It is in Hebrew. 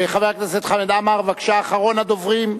חבר הכנסת חמד עמאר, אחרון הדוברים,